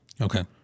Okay